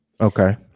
Okay